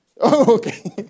okay